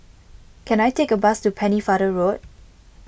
can I take a bus to Pennefather Road